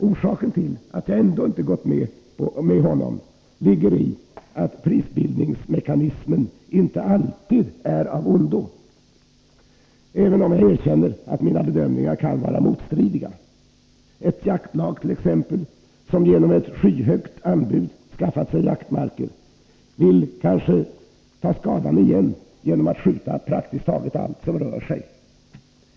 Orsaken till att jag ändå inte gått med honom ligger i att prisbildningsmekanismen inte alltid är av ondo, även om jag erkänner att mina bedömningar kan vara motstridiga. Ett jaktlag, som genom ett skyhögt anbud skaffat sig jaktmarker, vill kanske ta skadan igen genom att skjuta praktiskt taget allt som rör sig.